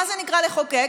מה זה נקרא לחוקק?